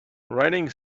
writing